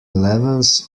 levels